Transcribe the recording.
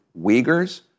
Uyghurs